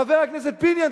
חבר הכנסת פיניאן,